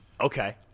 Okay